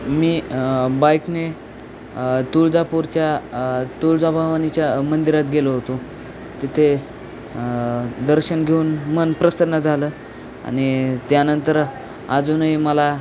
मी बाईकने तुळजापूरच्या तुळजाभवानीच्या मंदिरात गेलो होतो तिथे दर्शन घेऊन मन प्रसन्न झालं आणि त्यानंतर अजूनही मला